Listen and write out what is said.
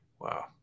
Wow